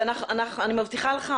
אני מבטיחה לך,